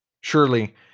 Surely